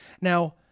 Now